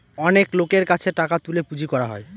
অনেক লোকের কাছে টাকা তুলে পুঁজি করা হয়